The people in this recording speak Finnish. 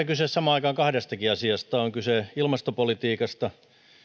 kyse samaan aikaan kahdestakin asiasta on kyse ilmastopolitiikasta ja